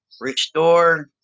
restore